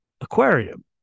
aquarium